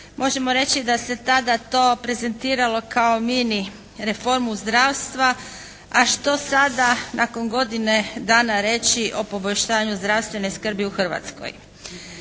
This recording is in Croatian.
možemo reći da se tada to prezentiralo kao mini reformu zdravstva, a što sada nakon godine dana reći o poboljšanju zdravstvene skrbi u Hrvatskoj?